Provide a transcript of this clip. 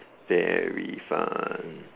very fun